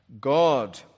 God